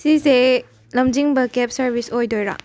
ꯁꯤꯁꯦ ꯂꯝꯖꯤꯡꯕ cab service ꯑꯣꯏꯗꯣꯏꯔꯣ